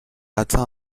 atteint